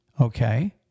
okay